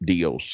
DOC